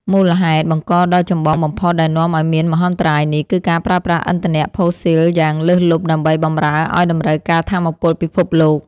មូលហេតុបង្កដ៏ចម្បងបំផុតដែលនាំឱ្យមានមហន្តរាយនេះ គឺការប្រើប្រាស់ឥន្ធនៈផូស៊ីលយ៉ាងលើសលប់ដើម្បីបម្រើឱ្យតម្រូវការថាមពលពិភពលោក។